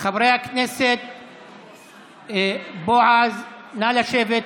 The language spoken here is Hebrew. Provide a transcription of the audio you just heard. חבר הכנסת בועז, נא לשבת.